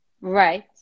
Right